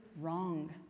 wrong